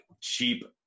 cheap